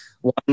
One